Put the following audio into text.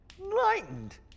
Enlightened